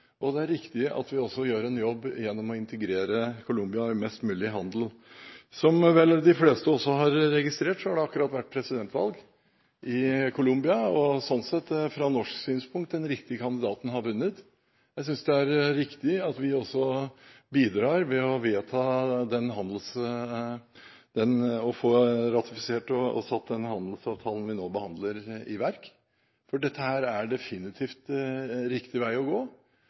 og det er riktig at vi også gjør en jobb gjennom å integrere Colombia i mest mulig handel. Som vel de fleste også har registrert, har det akkurat vært presidentvalg i Colombia, og sånn sett har – fra norsk synspunkt – den riktige kandidaten vunnet. Jeg synes det er riktig at vi også bidrar ved å få ratifisert og satt den handelsavtalen vi nå behandler, i verk, for dette her er definitivt riktig vei å gå.